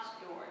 doors